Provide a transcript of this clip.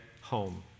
home